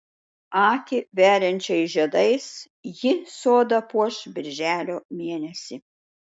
akį veriančiais žiedais ji sodą puoš birželio mėnesį